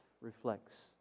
reflects